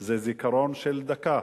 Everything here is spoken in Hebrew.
הוא זיכרון של דקה,